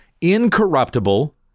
incorruptible